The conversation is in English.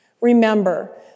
Remember